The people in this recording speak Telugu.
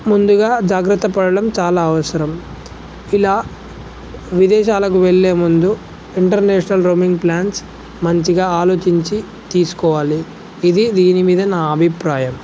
ముందుగా జాగ్రత్త పడడం చాలా అవసరం ఇలా విదేశాలకు వెళ్ళే ముందు ఇంటర్నేషనల్ రోమింగ్ ప్లాన్స్ మంచిగా ఆలోచించి తీసుకోవాలి ఇది దీని మీద నా అభిప్రాయం